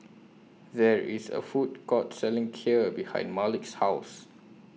There IS A Food Court Selling Kheer behind Malik's House